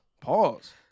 pause